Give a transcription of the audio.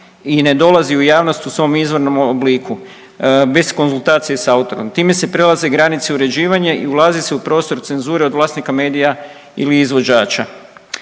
i ne dolazi u javnost u svom izvornom obliku bez konzultacije sa autorom. Time se prelaze granice uređivanja i ulazi se u prostor cenzure od vlasnika medija ili izvođača.